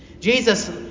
Jesus